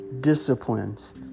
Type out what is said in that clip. disciplines